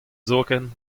zoken